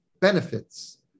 benefits